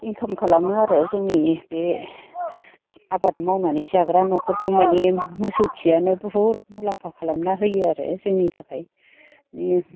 income खालामो आरो जोंनि बे आबाद मावनानै जाग्रा न'खरखौ माने मोसौ खियानो बुहुद मुलाम्फा खालामना होयो आरो जोंनि थाखाय माने